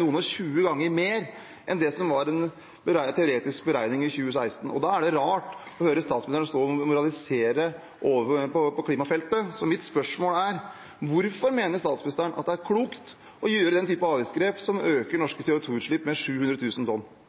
noen og tjue ganger mer enn det som var en teoretisk beregning i 2016. Da er det rart å høre statsministeren stå og moralisere på klimafeltet. Så mitt spørsmål er: Hvorfor mener statsministeren at det er klokt å gjøre den type avgiftsgrep som øker norske CO 2 -utslipp med 700 000 tonn?